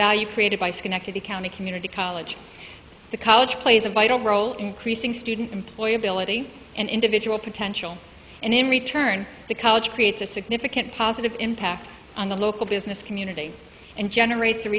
value created by schenectady county community college the college plays a vital role increasing student employability and individual potential and in return the college creates a significant positive impact on the local business community and generate